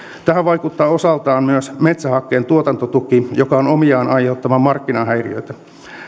tähän vaikuttaa osaltaan myös metsähakkeen tuotantotuki joka on omiaan aiheuttamaan markkinahäiriöitä